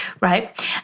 right